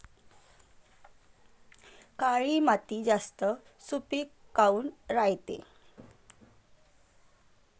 काळी माती जास्त सुपीक काऊन रायते?